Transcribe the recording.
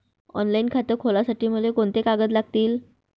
Online खातं खोलासाठी मले कोंते कागद लागतील?